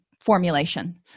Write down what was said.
formulation